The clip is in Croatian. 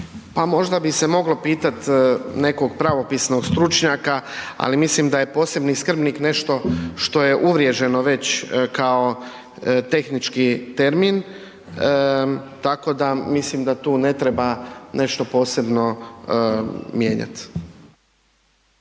možda bi se moglo pitati nekog pravopisnog stručnjaka, ali mislim da je posebni skrbnik nešto što je uvriježeno već kao tehnički termin. Tako da mislim da tu ne treba nešto posebno mijenjati.